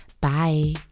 Bye